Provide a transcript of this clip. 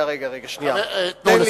אדוני